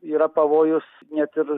yra pavojus net ir